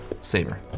saber